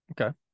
Okay